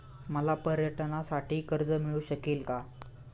मला पर्यटनासाठी कर्ज मिळू शकेल का?